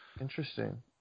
Interesting